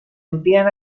envían